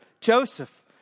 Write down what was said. Joseph